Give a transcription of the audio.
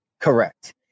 Correct